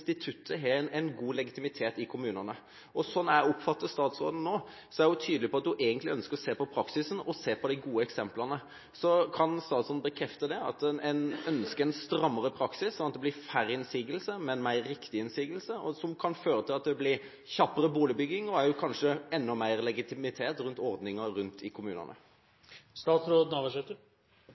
har god legitimitet i kommunene. Slik jeg oppfatter statsråden nå, er hun tydelig på at hun egentlig ønsker å se på praksisen og de gode eksemplene. Kan statsråden bekrefte at man ønsker en strammere praksis, slik at det blir færre, men riktigere innsigelser, som kan føre til at det blir kjappere boligbygging og kanskje også enda mer legitimitet rundt ordningen rundt omkring i